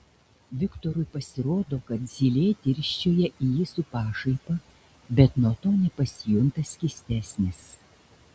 viktorui pasirodo kad zylė dirsčioja į jį su pašaipa bet nuo to nepasijunta skystesnis